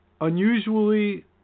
unusually